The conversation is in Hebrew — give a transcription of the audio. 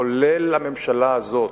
כולל הממשלה הזאת,